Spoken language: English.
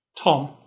Tom